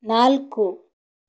ನಾಲ್ಕು